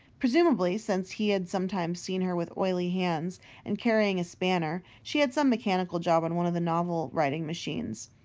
presumably since he had sometimes seen her with oily hands and carrying a spanner she had some mechanical job on one of the novel-writing machines.